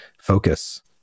focus